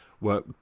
work